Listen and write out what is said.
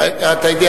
אתה יודע,